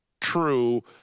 true